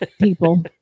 people